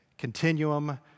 Continuum